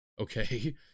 okay